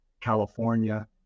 California